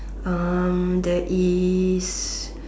um there is